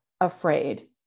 afraid